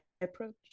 approach